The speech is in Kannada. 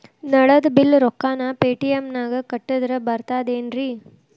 ನಳದ್ ಬಿಲ್ ರೊಕ್ಕನಾ ಪೇಟಿಎಂ ನಾಗ ಕಟ್ಟದ್ರೆ ಬರ್ತಾದೇನ್ರಿ?